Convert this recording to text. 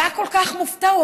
הוא היה כל כך מופתע,